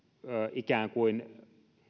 ikään kuin